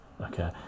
okay